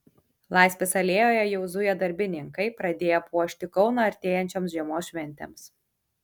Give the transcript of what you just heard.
laisvės alėjoje jau zuja darbininkai pradėję puošti kauną artėjančioms žiemos šventėms